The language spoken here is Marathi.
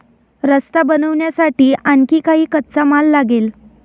रस्ता बनवण्यासाठी आणखी काही कच्चा माल लागेल